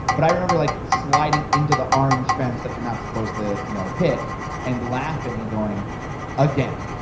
but i remember like sliding into the orange fence that you're not supposed to you know hit and laughing and going again.